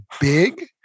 big